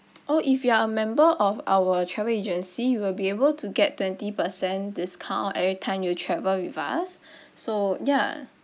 oh if you are a member of our travel agency you will be able to get twenty percent discount every time you travel with us so ya